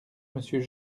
monsieur